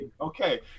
Okay